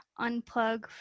unplug